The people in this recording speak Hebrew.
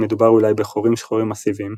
שמדובר אולי בחורים שחורים מסיביים,